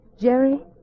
Jerry